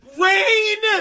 rain